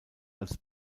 als